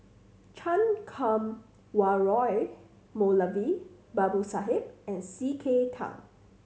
Chan Kum Wah Roy Moulavi Babu Sahib and C K Tang